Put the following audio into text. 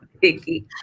Vicky